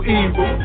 evil